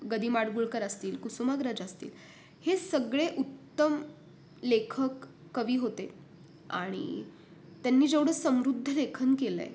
ग दी माडगुळकर असतील कुसुमाग्रज असतील हे सगळे उत्तम लेखक कवी होते आणि त्यांनी जेवढं समृद्ध लेखन केलं आहे